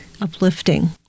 uplifting